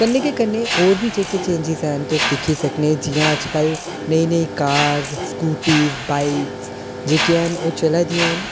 कन्नै गै कन्नै होर बी जेह्के चेंज जिसी तुस दिक्खी सकने जि'यां अजकल नमीं नमीं कार स्कूटी बाईक जेह्कियां हैन ओह् चला दियां न